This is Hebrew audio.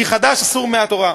כי חדש אסור מהתורה,